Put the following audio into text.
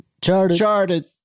Charted